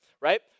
right